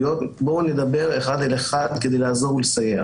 אבל בקו הכללי הכול נעשה בהסכמה.